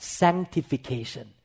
sanctification